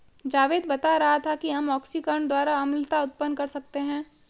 जावेद बता रहा था कि हम ऑक्सीकरण द्वारा अम्लता उत्पन्न कर सकते हैं